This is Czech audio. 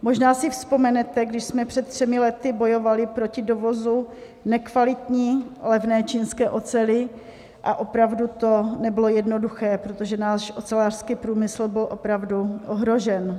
Možná si vzpomenete, když jsme před třemi lety bojovali proti dovozu nekvalitní, levné čínské oceli, a opravdu to nebylo jednoduché, protože náš ocelářský průmysl byl opravdu ohrožen.